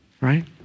Right